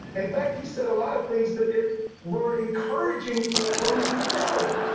in fact, he's said a lot of things that were encouraging police brutality.